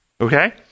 Okay